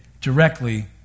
directly